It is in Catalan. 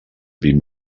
vint